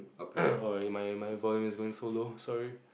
my my volume is going so low sorry